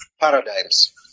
paradigms